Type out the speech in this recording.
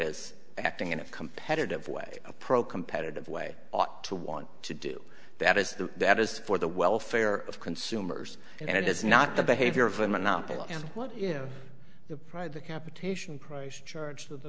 is acting in a competitive way a pro competitive way to want to do that is that is for the welfare of consumers and it's not the behavior of a monopoly and what if the private capitation price church of the